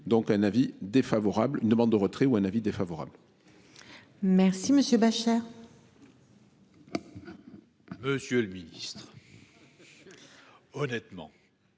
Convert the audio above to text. donc un avis défavorable. Une demande de retrait ou un avis défavorable. Merci monsieur Bachar. Monsieur le Ministre. Honnêtement.